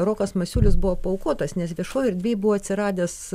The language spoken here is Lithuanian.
rokas masiulis buvo paaukotas nes viešojoj erdvėj buvo atsiradęs